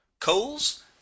Coals